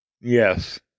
Yes